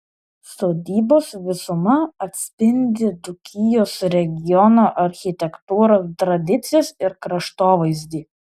sodybos visuma atspindi dzūkijos regiono architektūros tradicijas ir kraštovaizdį